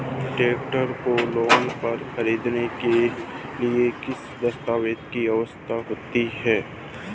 Tractor को loan पर खरीदने के लिए किन दस्तावेज़ों की आवश्यकता होती है?